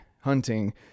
hunting